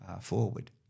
forward